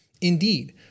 Indeed